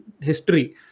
history